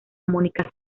mónica